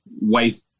wife